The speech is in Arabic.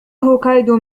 هوكايدو